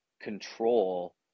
control